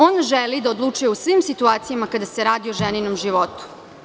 On želi da odlučuje o svim situacijama kada se radi o ženinom životu.